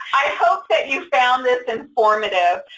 i hope that you found this informative.